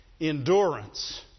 endurance